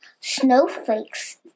snowflakes